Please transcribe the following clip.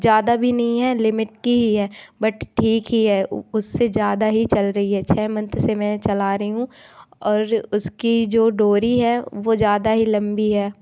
ज़्यादा भी नहीं है लिमिट की है बट ठीक ही है उससे ज़्यादा ही चल रही है छ मंथ से मैं चला रही हूँ और उसकी जो डोरी है वह ज़्यादा ही लम्बी है